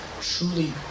truly